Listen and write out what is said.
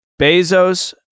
Bezos